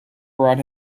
brought